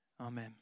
Amen